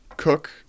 cook